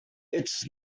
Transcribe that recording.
its